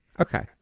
Okay